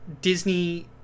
Disney